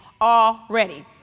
already